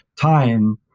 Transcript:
time